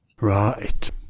Right